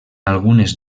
algunes